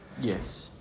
Yes